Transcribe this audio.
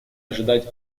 ожидать